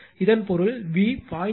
85 ஆக இருக்கும் இதன் பொருள் V 0